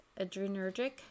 adrenergic